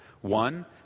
One